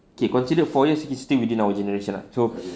okay considered four yours is still within our generation ah so